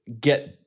get